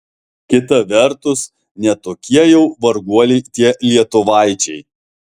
kita vertus ne tokie jau varguoliai tie lietuvaičiai